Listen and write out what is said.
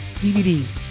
DVDs